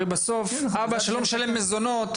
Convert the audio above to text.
הרי אבא שלא משלם מזונות,